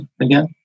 Again